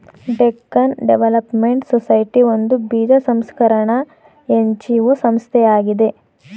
Deccan development society ಒಂದು ಬೀಜ ಸಂಸ್ಕರಣ ಎನ್.ಜಿ.ಒ ಸಂಸ್ಥೆಯಾಗಿದೆ